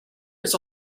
has